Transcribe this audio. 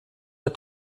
der